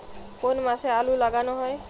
কোন মাসে আলু লাগানো হয়?